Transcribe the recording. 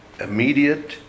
immediate